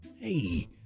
Hey